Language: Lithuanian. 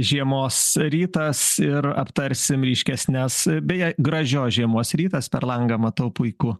žiemos rytas ir aptarsim ryškesnes beje gražios žiemos rytas per langą matau puiku